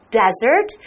desert